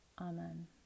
Amen